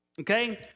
Okay